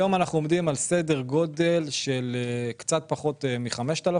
היום אנחנו עומדים על סדר גודל של קצת פחות מ-5,000.